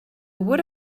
would